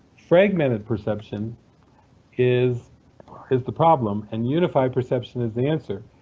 fragmented perception is is the problem and unified perception is the answer.